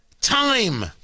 time